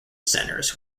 centres